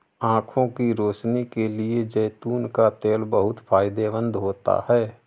आंखों की रोशनी के लिए जैतून का तेल बहुत फायदेमंद होता है